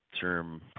term